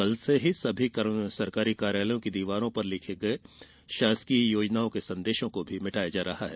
कल से ही सभी सरकारी कार्यालयों की दीवारों पर लिखे गए शासकीय योजनाओ के संदेशों को मिटाया जा रहा है